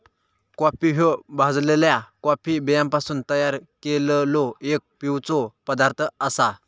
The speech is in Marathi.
कॉफी ह्यो भाजलल्या कॉफी बियांपासून तयार केललो एक पिवचो पदार्थ आसा